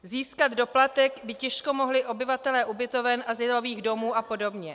Získat doplatek by těžko mohli získat obyvatelé ubytoven, azylových domů apod.